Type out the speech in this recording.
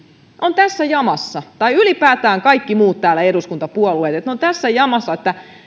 on tässä jamassa tai ylipäätään kaikki muut eduskuntapuolueet täällä ovat tässä jamassa